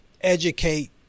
educate